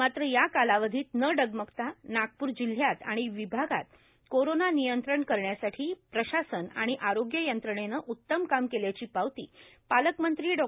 मात्र या कालावधीत न डगमगता नागपूर जिल्ह्यात व विभागात कोरोना नियंत्रण करण्यासाठी प्रशासन आणि आरोग्य यंत्रणेने उतम काम केल्याची पावती पालकमंत्री डॉ